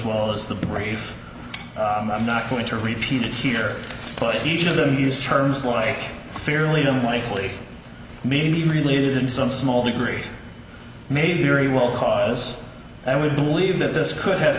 well as the brief i'm not going to repeat it here put each of them use terms like fairly unlikely mean related in some small degree may very well cause i would believe that this could have